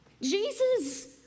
Jesus